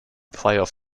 playoff